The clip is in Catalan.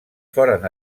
foren